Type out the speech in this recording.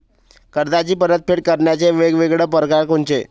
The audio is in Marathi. कर्जाची परतफेड करण्याचे वेगवेगळ परकार कोनचे?